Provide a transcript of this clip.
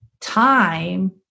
time